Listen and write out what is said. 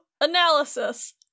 analysis